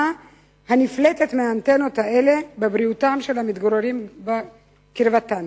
הנפלטת מהאנטנות האלה בבריאותם של המתגוררים בקרבתן.